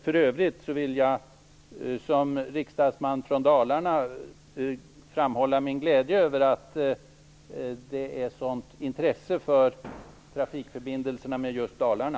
För övrigt vill jag som riksdagsman från Dalarna uttrycka min glädje över att det finns ett så stort intresse för trafikförbindelserna med just Dalarna.